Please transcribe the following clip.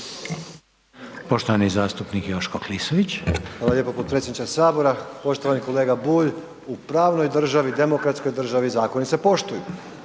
Poštovani zastupnik Joško Klisović. **Klisović, Joško (SDP)** Hvala lijepo potpredsjedniče HS. Poštovani kolega Bulj, u pravnoj državi, demokratskoj državi zakoni se poštuju,